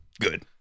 good